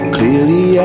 Clearly